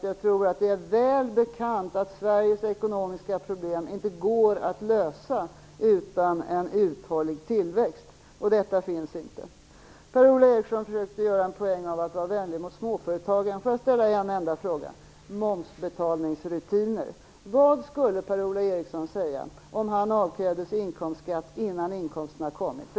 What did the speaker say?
Jag tror att det är väl bekant att Sveriges ekonomiska problem inte går att lösa utan en uthållig tillväxt, och detta finns inte. Per-Ola Eriksson försökte göra en poäng av att vara vänlig mot småföretagen. Låt mig ställa en enda fråga om momsbetalningsrutiner. Vad skulle Per-Ola Eriksson säga om han avkrävdes inkomstskatt innan inkomsterna kommit?